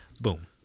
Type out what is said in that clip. boom